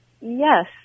yes